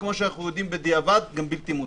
וכמו שאנחנו יודעים בדיעבד גם בלתי מוצדקת.